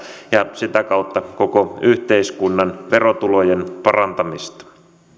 ja sitä kautta koko yhteiskunnan verotulojen parantamista